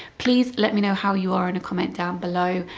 please let me know how you are in a comment down below.